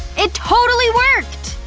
it totally worked!